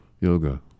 yoga